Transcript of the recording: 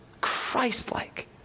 Christ-like